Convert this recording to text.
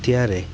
ત્યારે